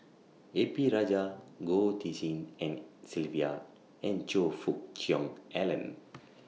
A P Rajah Goh Tshin En Sylvia and Choe Fook Cheong Alan